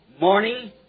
morning